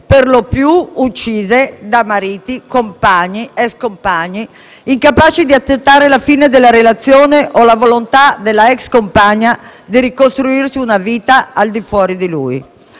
per lo più uccise da mariti, compagni o *ex* compagni, incapaci di accettare la fine della relazione o la volontà della *ex* compagna di ricostruirsi una vita al di fuori di lui.